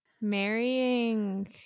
Marrying